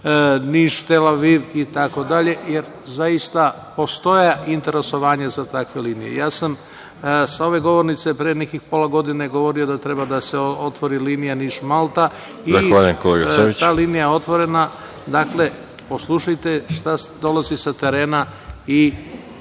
Niš-Tel Aviv itd, jer zaista postoje interesovanja za takve linije. Ja sam sa ove govornice pre nekih pola godine govorio da treba da se otvori linija Niš-Malta i ta linija je otvorena. Dakle, poslušajte šta dolazi sa terena i